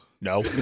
No